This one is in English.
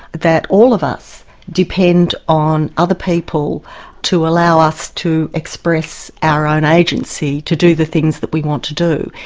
that all of us depend on other people to allow us to express our own agency to do the things that we want to do.